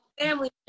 family